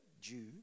Jew